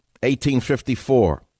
1854